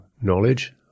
knowledge